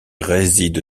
réside